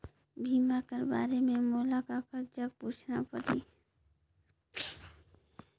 बीमा कर बारे मे मोला ककर जग पूछना परही?